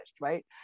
right